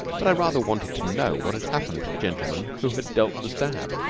but i rather wanted to know what had happened to the gentleman who had dealt the stab.